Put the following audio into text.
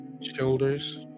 shoulders